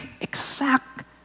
exact